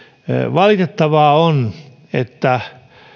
valitettavaa on että